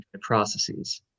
processes